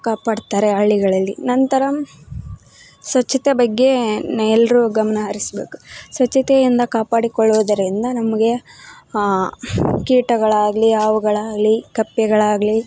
ಕಾಪಾಡ್ತಾರೆ ಹಳ್ಳಿಗಳಲ್ಲಿ ನಂತರ ಸ್ವಚ್ಛತೆ ಬಗ್ಗೆ ಎಲ್ಲರೂ ಗಮನಹರಿಸ್ಬೇಕು ಸ್ವಚ್ಛತೆಯಿಂದ ಕಾಪಾಡಿಕೊಳ್ಳುವುದರಿಂದ ನಮಗೆ ಕೀಟಗಳಾಗಲಿ ಹಾವುಗಳಾಗ್ಲಿ ಕಪ್ಪೆಗಳಾಗಲಿ